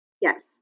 Yes